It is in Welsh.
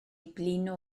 blino